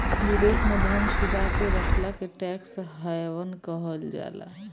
विदेश में धन छुपा के रखला के टैक्स हैवन कहल जाला